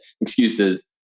excuses